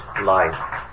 life